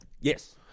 yes